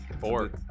Four